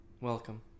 Welcome